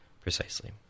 Precisely